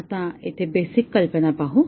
आता येथे बेसिक कल्पना पाहू